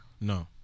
no